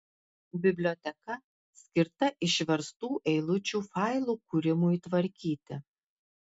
biblioteka skirta išverstų eilučių failų kūrimui tvarkyti